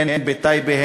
הן בטייבה,